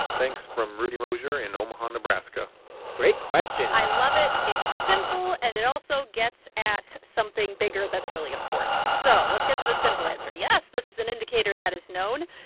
thanks from rudy mozher in omaha, neb ah great question i love it. it's simple, and it also gets at something bigger that's really important. so let's get to the simple answer. yes, this is an indicator that is known.